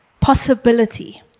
possibility